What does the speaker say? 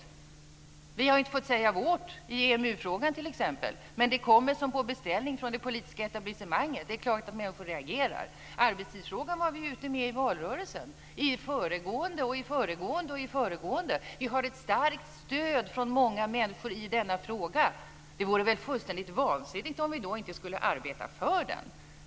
Vi har t.ex. inte fått säga vårt i EMU-frågan, men det kommer som på beställning från det politiska etablissemanget. Det är klart att människor reagerar! Arbetstidsfrågan var vi ute med i valrörelsen - i föregående och i föregående och i föregående. Vi har ett starkt stöd från många människor i denna fråga. Det vore väl fullständig vansinnigt om vi då inte skulle arbeta för den.